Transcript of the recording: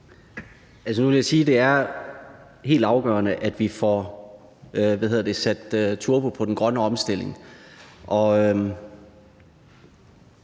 det er helt afgørende, at vi får sat turbo på den grønne omstilling.